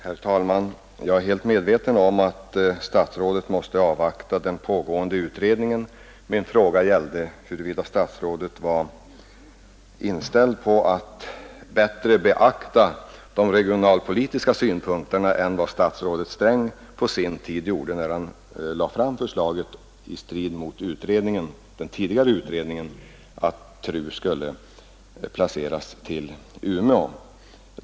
Herr talman! Jag är helt medveten om att statsrådet måste avvakta den pågående utredningen. Min fråga gällde huruvida statsrådet var inställd på att bättre beakta de regionalpolitiska synpunkterna än vad statsrådet Sträng på sin tid gjorde när han lade fram förslaget i strid med den tidigare utredningens förslag att TRU skulle placeras i Umeå.